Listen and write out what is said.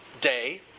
day